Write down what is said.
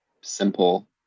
simple